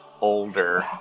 older